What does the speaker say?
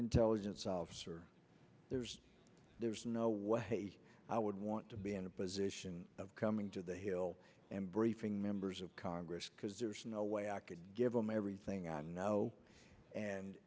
intelligence officer there's there's no way i would want to be in a position of coming to the hill and briefing members of congress because there's no way i could give them everything i know and